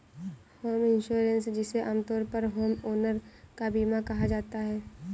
home insurance जिसे आमतौर पर होमओनर का बीमा भी कहा जाता है